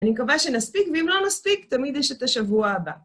אני מקווה שנספיק, ואם לא נספיק, תמיד יש את השבוע הבא.